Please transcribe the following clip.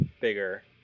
bigger